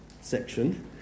section